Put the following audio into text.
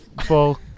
full